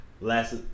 Last